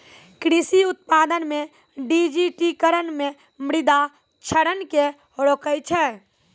कृषि उत्पादन मे डिजिटिकरण मे मृदा क्षरण के रोकै छै